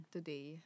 Today